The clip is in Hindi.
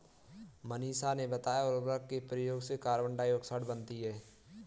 मनीषा ने बताया उर्वरक के प्रयोग से कार्बन डाइऑक्साइड बनती है